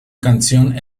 canción